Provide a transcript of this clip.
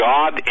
God